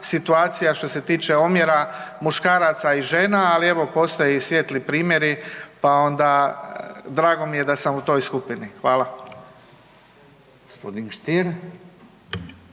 što se tiče omjera muškaraca i žena, ali evo postoje i svijetli primjeri, pa onda drago mi je da sam u toj skupini. Hvala.